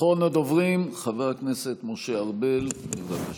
אחרון הדוברים, חבר הכנסת משה ארבל, בבקשה.